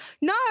No